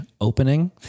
opening